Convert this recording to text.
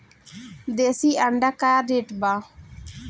देशी अंडा का रेट बा?